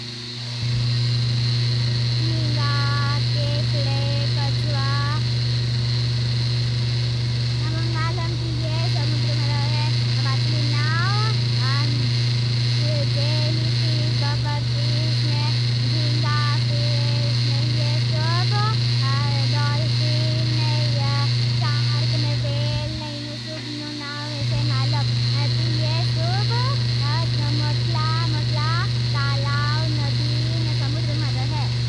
जिन्गा, केक्डे, कच्वा हमोंग मालों कि ये समुद्र मरो है। मातली नाओ जेली फिष, बापर फिषन, जिन्गा फिषन ये सोब डॉल्फिन, शार्क ने वेल ने नु सुब नु नाओ। ये से मालों ती ये सोब मोटला, मोटला, तालाव, नदी ने समुद्र मरो है।